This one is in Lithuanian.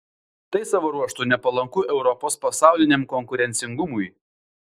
tai savo ruožtu nepalanku europos pasauliniam konkurencingumui